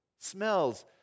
Smells